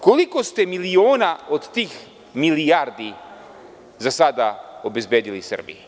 Koliko ste miliona od tih milijardi za sada obezbedili Srbiji?